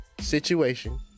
Situation